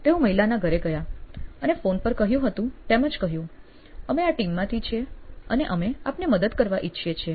તેઓ મહિલાના ઘરે ગયા અને ફોન પર કહ્યું હતું તેમ જ કહ્યું કે અમે આ ટીમમાંથી છીએ અને અમે આપને મદદ કરવા ઇચ્છીએ છીએ